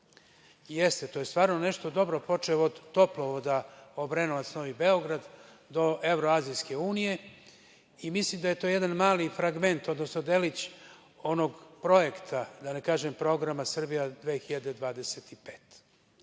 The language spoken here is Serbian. Jeste, to je stvarno nešto dobro, počev od toplovoda Obrenovac – Novi Beograd, do Evroazijkse unije i mislim da je to jedan mali fragment, odnosno delić onog projekta, da ne kažem programa „Srbija